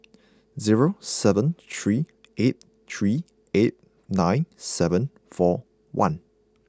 zero seven three eight three eight nine seven four one